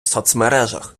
соцмережах